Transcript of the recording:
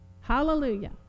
Hallelujah